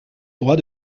droit